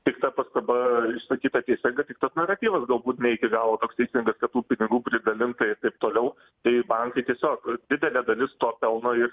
tik ta pastaba išsakyta tiesiogiai tik toks naratyvas galbūt ne iki galo toks teisingas kad tų pinigų pridalinta ir taip toliau tai bankai tiesiog didelė dalis to pelno ir